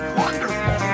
wonderful